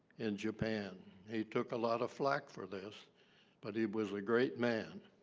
in japan he took a lot of flack for this but he was a great man